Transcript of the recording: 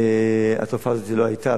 התופעה הזאת לא היתה,